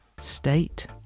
state